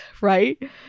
Right